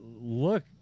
look